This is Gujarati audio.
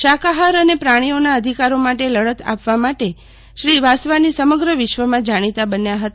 શાકાહાર અને પ્રાર્ણીઓના અધિકારો માટે લડત આપવા માટે શ્રી વાસવાની સમગ્ર વિશ્વમાં જાર્ણીતા બન્યા હતા